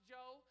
Joe